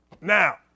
Now